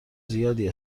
زیادی